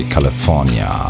California